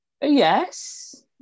Yes